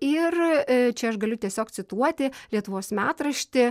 ir čia aš galiu tiesiog cituoti lietuvos metraštį